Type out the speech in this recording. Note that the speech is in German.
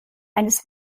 eines